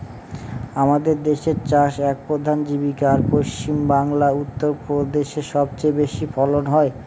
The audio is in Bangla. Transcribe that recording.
আমাদের দেশের চাষ এক প্রধান জীবিকা, আর পশ্চিমবাংলা, উত্তর প্রদেশে সব চেয়ে বেশি ফলন হয়